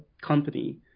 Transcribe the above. company